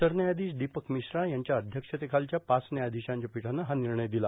सरन्यायाधीश दीपक मिश्रा यांच्या अध्यक्षतेखालच्या पाच व्यायाधीशांच्या पीठानं हा निर्णय दिला